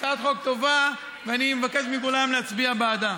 הצעת החוק טובה, ואני מבקש מכולם להצביע בעדה.